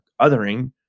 othering